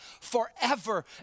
forever